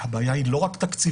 הבעיה היא לא רק תקציבית.